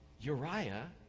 Uriah